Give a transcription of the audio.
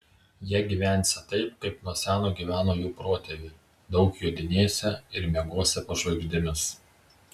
jie gyvensią taip kaip nuo seno gyveno jų protėviai daug jodinėsią ir miegosią po žvaigždėmis